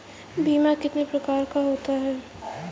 बीमा कितने प्रकार का होता है?